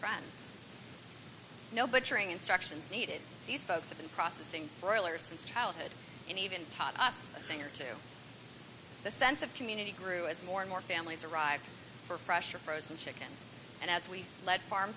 friends know but during instructions needed these folks have been processing broilers since childhood and even taught us a thing or two the sense of community grew as more and more families arrived for fresh or frozen chicken and as we lead farm